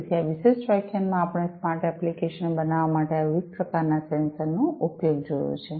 તેથી આ વિશેષ વ્યાખ્યાનમાં આપણે સ્માર્ટ એપ્લિકેશન બનાવવા માટે આ વિવિધ પ્રકારના સેન્સરનો ઉપયોગ જોયો છે